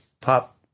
pop